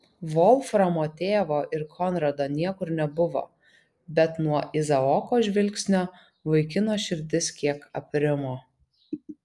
volframo tėvo ir konrado niekur nebuvo bet nuo izaoko žvilgsnio vaikino širdis kiek aprimo